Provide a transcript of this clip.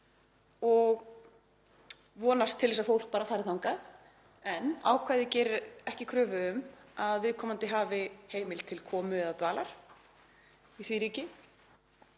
og vonast til þess að fólk fari bara þangað. En ákvæðið gerir ekki kröfu um að viðkomandi hafi heimild til komu eða dvalar í því ríki